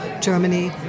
Germany